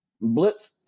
Blitz